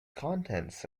contents